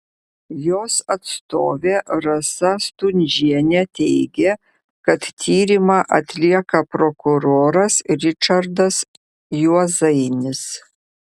jos atstovė rasa stundžienė teigė kad tyrimą atlieka prokuroras ričardas juozainis